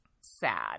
sad